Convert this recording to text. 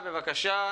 בבקשה,